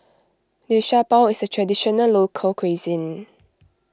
Liu Sha Bao is a Traditional Local Cuisine